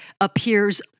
appears